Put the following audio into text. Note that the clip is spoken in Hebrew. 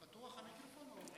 בבקשה,